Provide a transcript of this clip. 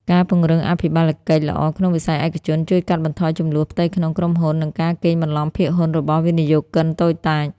ការពង្រឹងអភិបាលកិច្ចល្អក្នុងវិស័យឯកជន ជួយកាត់បន្ថយជម្លោះផ្ទៃក្នុងក្រុមហ៊ុន និងការកេងបន្លំភាគហ៊ុនរបស់វិនិយោគិនតូចតាច។